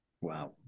Wow